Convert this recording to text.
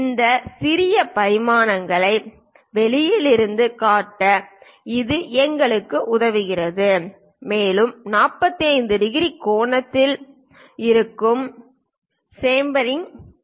இந்த சிறிய பரிமாணங்களை வெளியில் இருந்து காட்ட இது எங்களுக்கு உதவுகிறது மேலும் 45 டிகிரி கோணத்தில் இருக்கும் சேம்ஃபெரிங் உள்ளது